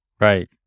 Right